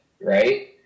Right